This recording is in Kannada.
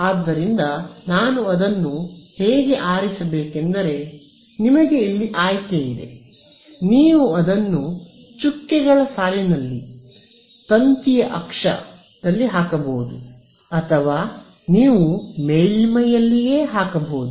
ಆದ್ದರಿಂದ ನಾನು ಅದನ್ನು ಹೇಗೆ ಆರಿಸಬೇಕೆಂದರೆ ನಿಮಗೆ ಇಲ್ಲಿ ಆಯ್ಕೆ ಇದೆ ನೀವು ಅದನ್ನು ಚುಕ್ಕೆಗಳ ಸಾಲಿನಲ್ಲಿ ತಂತಿಯ ಅಕ್ಷ ಹಾಕಬಹುದು ಅಥವಾ ನೀವು ಮೇಲ್ಮೈಯಲ್ಲಿಯೇ ಹಾಕಬಹುದು